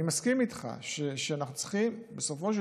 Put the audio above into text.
אני מסכים איתך שאנחנו צריכים בסופו של